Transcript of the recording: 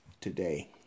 today